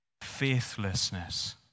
Faithlessness